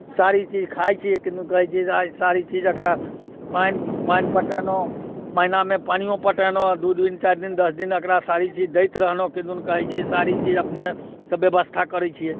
सारी चीज खाइत छियै किदुन कहैत छै सारी चीज एकरा पानि पानि पटेलहुँ महीनामे पानिओ पटेलहुँ दू दिन चारि दिन दस दिन एकरा सारी चीज दैत रहलहुँ किदुन कहैत छै सारी चीज अपनेसँ व्यवस्था करैत छियै